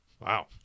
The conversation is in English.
Wow